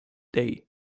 day